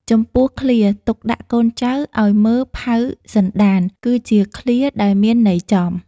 ចំំពោះឃ្លា ទុកដាក់កូនចៅឲ្យមើលផៅសន្តាន គឺជាឃ្លាដែលមានន័យចំ។